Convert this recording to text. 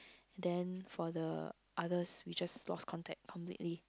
then for the others we just lost contact completely